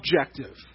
objective